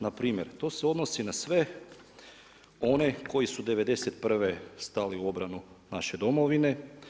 Na primjer, to se odnosi na sve one koji su '91. stali u obranu naše Domovine.